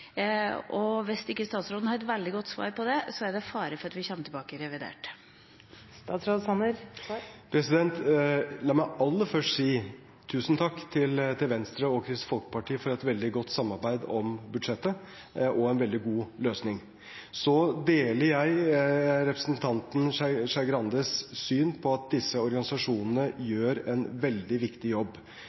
kontorplasser? Hvis ikke statsråden har et veldig godt svar på det, er det fare for at vi kommer tilbake under revidert. La meg aller først si tusen takk til Venstre og Kristelig Folkeparti for et veldig godt samarbeid om budsjettet og en veldig god løsning. Jeg deler representanten Skei Grandes syn på at disse organisasjonene gjør en veldig viktig jobb.